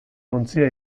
ontzia